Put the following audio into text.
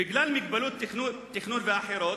בגלל מגבלות תכנון ואחרות,